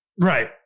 Right